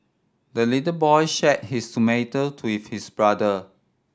the little boy shared his tomato to with his brother